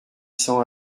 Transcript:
cents